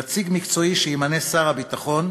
נציג מקצועי שימנה שר הביטחון,